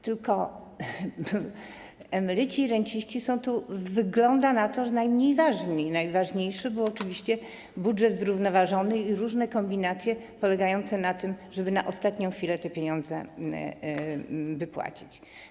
Tylko że emeryci i renciści są tu, wygląda na to, najmniej ważni, najważniejszy był oczywiście budżet zrównoważony i stąd różne kombinacje polegające na tym, żeby na ostatnią chwilę te pieniądze wypłacić.